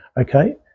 okay